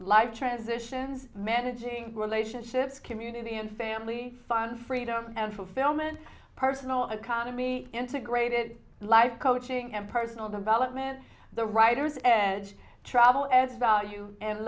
live transitions managing relationships community and family fun freedom and fulfillment personal economy integrated life coaching and personal development the writers edge travel as value and